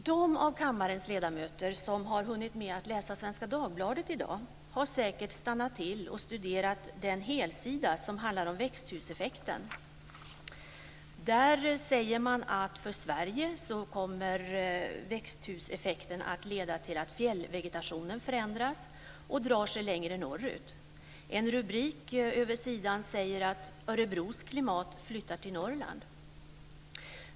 De av kammarens ledamöter som har hunnit med att läsa Svenska Dagbladet i dag har säkert stannat till och studerat den helsida som handlar om växthuseffekten. Där säger man att för Sverige kommer växthuseffekten att leda till att fjällvegetationen förändras och drar sig längre norrut. En rubrik över sidan säger: "Örebros klimat flyttar till Norrland".